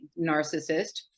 narcissist